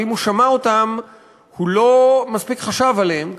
ואם הוא שמע אותם הוא לא חשב עליהם מספיק,